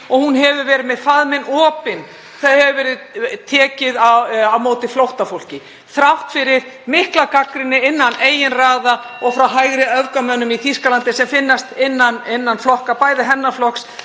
Hún hefur verið með faðminn opinn þegar tekið hefur verið á móti flóttafólki þrátt fyrir mikla gagnrýni innan eigin raða og frá hægri öfgamönnunum í Þýskalandi sem finnast innan flokka, bæði hennar flokks